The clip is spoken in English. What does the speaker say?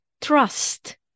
trust